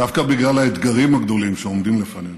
דווקא בגלל האתגרים הגדולים שעומדים לפנינו,